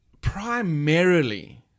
primarily